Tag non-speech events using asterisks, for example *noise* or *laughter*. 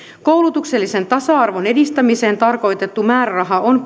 koulutuksellisen tasa arvon edistämiseen tarkoitettu määräraha on *unintelligible*